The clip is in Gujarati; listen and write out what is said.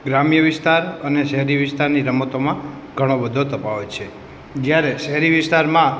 ગ્રામ્ય વિસ્તાર અને શહેરી વિસ્તારની રમતોમાં ઘણો બધો તફાવત છે જયારે શેહરી વિસ્તારમાં